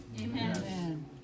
Amen